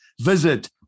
visit